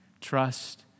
Trust